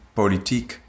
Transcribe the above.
politiek